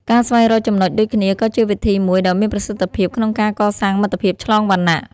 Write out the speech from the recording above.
ការស្វែងរកចំណុចដូចគ្នាក៏ជាវិធីមួយដ៏មានប្រសិទ្ធភាពក្នុងការកសាងមិត្តភាពឆ្លងវណ្ណៈ។